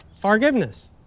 Forgiveness